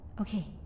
Okay